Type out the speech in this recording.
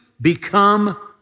become